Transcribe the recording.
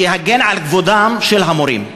שיגן על כבודם של המורים.